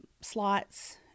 slots